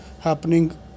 happening